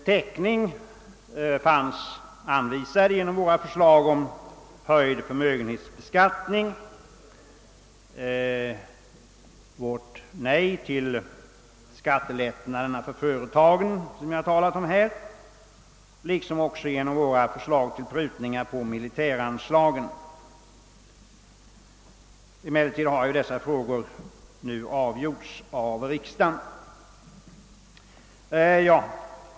Täckning fanns anvisad genom våra förslag om höjd förmögenhetsbeskattning, genom vårt nej till skattelättnaderna för företagen, som jag har talat om här, liksom genom våra förslag till prutningar på militäranslagen. Emellertid har dessa frågor nu avgjorts av riksdagen.